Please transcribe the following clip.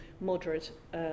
moderate